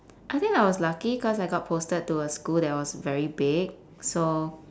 I think I was lucky cause I got posted to a school that was very big so